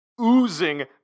oozing